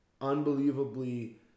unbelievably